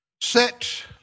Set